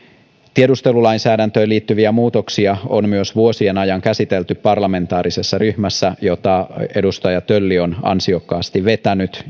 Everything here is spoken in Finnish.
tiedustelulainsäädäntöön liittyviä muutoksia on myös vuosien ajan käsitelty parlamentaarisessa ryhmässä jota edustaja tölli on ansiokkaasti vetänyt